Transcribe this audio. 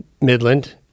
Midland